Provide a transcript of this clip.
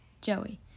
Joey